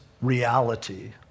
reality